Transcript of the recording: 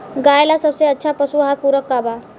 गाय ला सबसे अच्छा पशु आहार पूरक का बा?